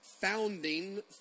founding